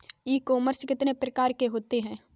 ई commerce कितने प्रकार के होते हैं?